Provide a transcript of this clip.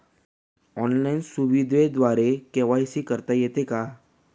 Online सुविधेद्वारे KYC करता येते का?